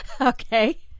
Okay